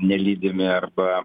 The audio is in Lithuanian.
nelydimi arba